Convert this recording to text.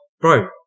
bro